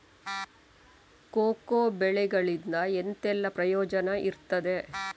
Cocoa ಬೆಳೆಗಳಿಂದ ಎಂತೆಲ್ಲ ಪ್ರಯೋಜನ ಇರ್ತದೆ?